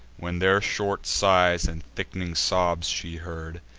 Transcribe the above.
when their short sighs and thick'ning sobs she heard,